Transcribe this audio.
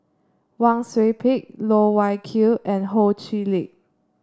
Wang Sui Pick Loh Wai Kiew and Ho Chee Lick